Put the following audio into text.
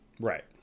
Right